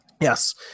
Yes